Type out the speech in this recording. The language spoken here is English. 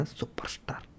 superstar